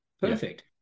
Perfect